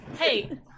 Hey